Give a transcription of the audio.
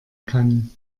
kann